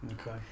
Okay